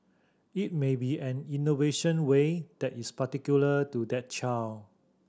it may be an innovation way that is particular to that child